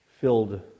filled